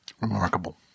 Remarkable